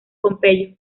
pompeyo